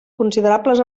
considerables